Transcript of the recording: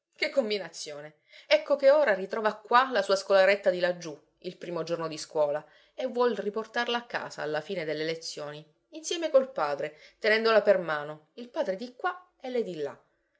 che combinazione ecco che ora ritrova qua la sua scolaretta di laggiù il primo giorno di scuola e vuol riportarla a casa alla fine delle lezioni insieme col padre tenendola per mano il padre di qua e lei di là